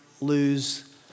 lose